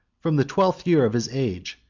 from the twelfth year of his age,